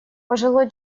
пожилой